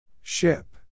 Ship